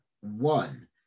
one